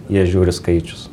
jie žiūri skaičius